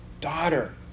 Daughter